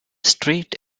straight